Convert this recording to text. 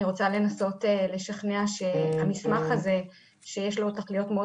אני רוצה לנסות לשכנע שהמסמך הזה שיש לו תכליות מאוד